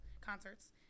concerts